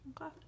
Okay